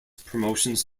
promotions